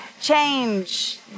change